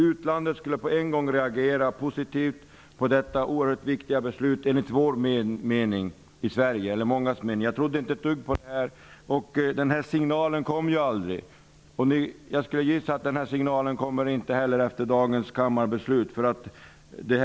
Utlandet skulle på en gång reagera positivt på detta oerhört viktiga beslut enligt mångas mening i Sverige. Jag trodde inte ett dugg på detta, och denna signal kom aldrig. Jag skulle gissa att det inte heller kommer någon signal efter dagens beslut i kammaren.